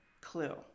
clue